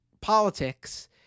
politics